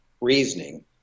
reasoning